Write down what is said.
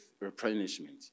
replenishment